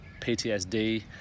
ptsd